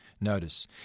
Notice